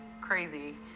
crazy